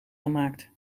gemaakt